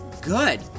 Good